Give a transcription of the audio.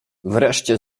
wreszcie